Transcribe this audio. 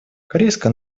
корейская